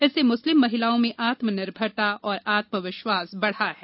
इससे मुस्लिम महिलाओं में आत्मनिर्भरता और आत्मविश्वास बढ़ा है